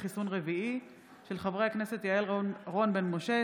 בהצעתם של חברי הכנסת יעל רון בן משה,